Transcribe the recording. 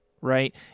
right